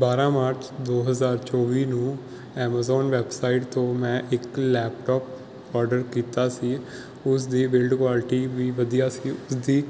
ਬਾਰਾਂ ਮਾਰਚ ਦੋ ਹਜ਼ਾਰ ਚੌਵੀ ਨੂੰ ਐਮਾਜ਼ਾਨ ਵੈਬਸਾਈਟ ਤੋਂ ਮੈਂ ਇੱਕ ਲੈਪਟੋਪ ਓਡਰ ਕੀਤਾ ਸੀ ਉਸ ਦੀ ਬਿਲਡ ਕੁਆਲਟੀ ਵੀ ਵਧੀਆ ਸੀ ਉਸ ਦੀ